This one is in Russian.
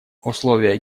условия